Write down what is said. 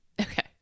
Okay